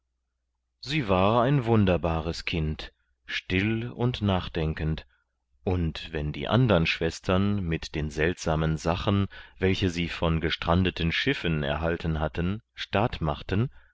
sie war ein wunderbares kind still und nachdenkend und wenn die andern schwestern mit den seltsamen sachen welche sie von gestrandeten schiffen erhalten hatten staat machten